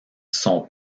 son